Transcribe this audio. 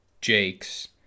jakes